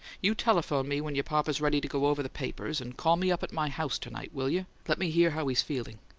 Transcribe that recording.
you telephone me when your papa's ready to go over the papers and call me up at my house to-night, will you? let me hear how he's feeling?